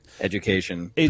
education